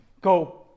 go